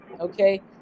okay